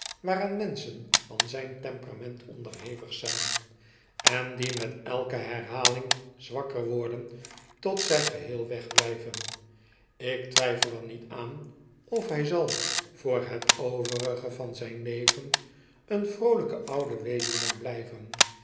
menschen van zijn temperament onderhevig zijn en die met elke nerhaling zwakker worden totdat zij geheel wegbljjven ik twijfel er niet aan ofhyzal voor het overige van zijn leven een vroolyke oude weduwnaar